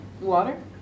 water